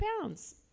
pounds